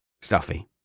Stuffy